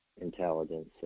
intelligence